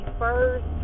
first